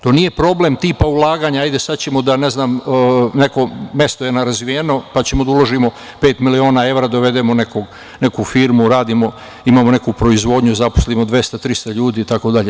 To nije problem tipa ulaganja - neko mesto je nerazvijeno, pa ćemo da uložimo pet miliona evra, dovedemo neku firmu, da radimo, imamo neku proizvodnju, zaposlimo 200,300 ljudi, itd.